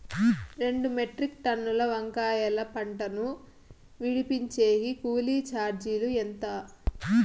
రెండు మెట్రిక్ టన్నుల వంకాయల పంట ను విడిపించేకి కూలీ చార్జీలు ఎంత?